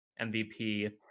MVP